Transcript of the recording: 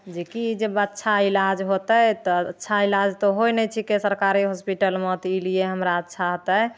जेकि जब अच्छा इलाज होतै तऽ अच्छा इलाज तऽ होइ नहि छिकै सरकारी हॉस्पिटलमे तऽ ई लिए हमरा अच्छा होतै